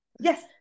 yes